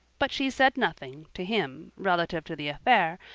but she said nothing, to him, relative to the affair,